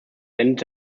endet